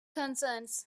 concerns